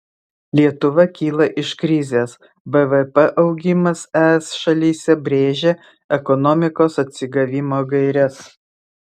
lietuva kyla iš krizės bvp augimas es šalyse brėžia ekonomikos atsigavimo gaires